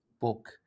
book